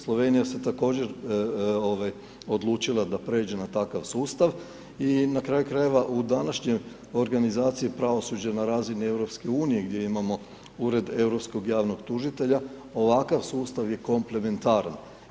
Slovenija se također odlučila da pređe na takav sustav i na kraju krajeva u današnjoj organizaciji pravosuđe na razini EU gdje imamo Ured europskog javnog tužitelja, ovakav sustav je komplementaran.